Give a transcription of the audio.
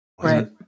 right